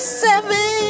seven